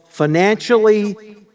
financially